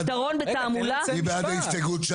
מי בעד הסתייגות 19?